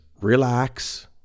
relax